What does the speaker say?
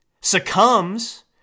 succumbs